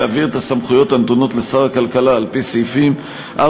להעביר את הסמכויות הנתונות לשר הכלכלה על-פי סעיפים 4,